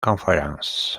conference